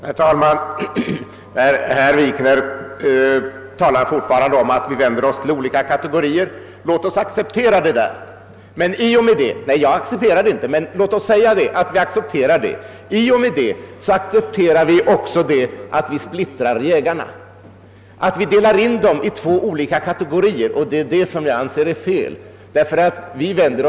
Herr talman! Herr Wikner talar fortfarande om att vi vänder oss till olika kategorier. Om man accepterar det resonemanget — men jag gör det inte, men om vi tar det som en arbetshypotes — accepterar man också att vi splittar jägarna genom denna kategoriklyvning, och det anser jag vara fel.